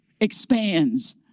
expands